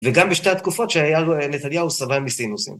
וגם בשתי התקופות שהיה לו נתניהו סבל מסינוסים.